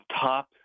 top